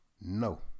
No